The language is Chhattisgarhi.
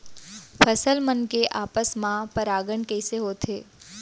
फसल मन के आपस मा परागण कइसे होथे?